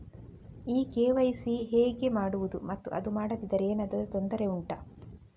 ಈ ಕೆ.ವೈ.ಸಿ ಹೇಗೆ ಮಾಡುವುದು ಮತ್ತು ಅದು ಮಾಡದಿದ್ದರೆ ಏನಾದರೂ ತೊಂದರೆ ಉಂಟಾ